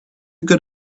good